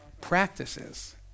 practices